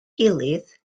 gilydd